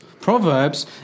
Proverbs